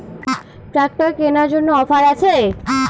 Tractor কেনার জন্য offer আছে?